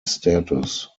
status